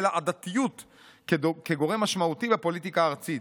העדתיות כגורם משמעותי בפוליטיקה הארצית.